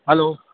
hello